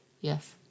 yes